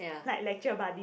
like lecture buddy